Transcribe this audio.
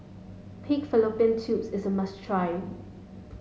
pig fallopian tubes is a must try